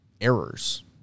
errors